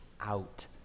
out